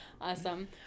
awesome